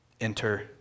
Enter